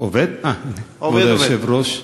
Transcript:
כבוד היושב-ראש,